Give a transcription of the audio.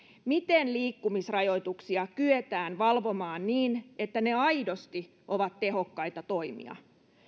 miten liikkumisrajoituksia kyetään valvomaan niin että ne aidosti ovat tehokkaita toimia